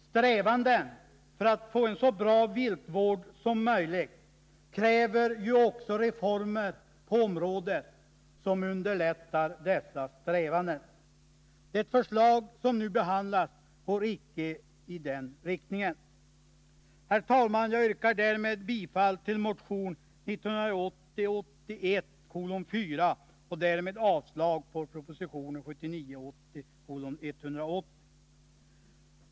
Strävanden när det gäller att få en så bra viltvård som möjligt kräver ju också reformer på området som underlättar dessa strävanden. Det förslag som nu behandlas går icke i den riktningen. Herr talman! Jag yrkar bifall till motion 1980 80:180.